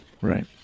right